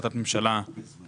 החלטת ממשלה